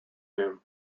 him